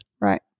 Right